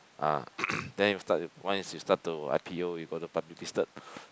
ah then you start to once you start to I_P_O you got to public listed